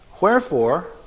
Wherefore